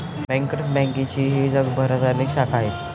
bankers बँकेच्याही जगभरात अनेक शाखा आहेत